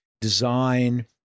design